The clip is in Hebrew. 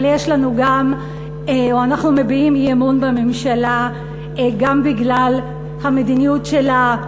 אבל אנחנו מביעים אי-אמון בממשלה גם בגלל המדיניות שלה,